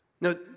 no